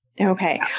Okay